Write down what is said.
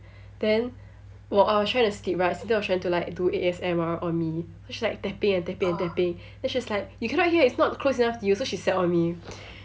then while I was trying to sleep right so they were trying to do like A_S_M_R on me so she's like tapping and tapping and tapping then she's like you cannot hear it's not close enough to you so she sat on me